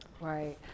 Right